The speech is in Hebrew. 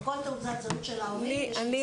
ובכל תעודת זהות של ההורים יש מספר זהות של הילדים.